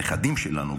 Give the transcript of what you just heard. הנכדים שלנו,